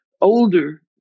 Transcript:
older